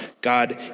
God